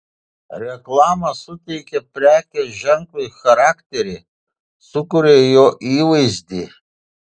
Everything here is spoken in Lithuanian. reklama suteikia prekės ženklui charakterį sukuria jo įvaizdį